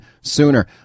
sooner